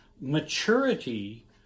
Maturity